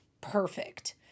perfect